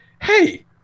Hey